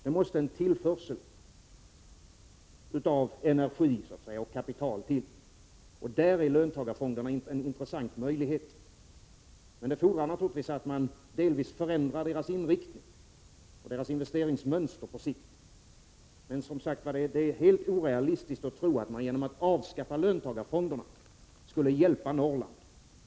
Det måste till en tillförsel av kapital och energi så att säga; där är löntagarfonderna en intressant möjlighet. Men det fordrar naturligtvis att man på sikt delvis förändrar deras inriktning och investeringsmönster. Men det är helt orealistiskt att tro att man genom att avskaffa löntagarfonderna skulle hjälpa Norrland.